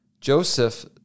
Joseph